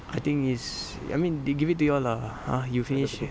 I think is I mean they give it to you all lah ah you finished